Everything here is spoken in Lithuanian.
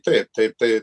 taip taip tai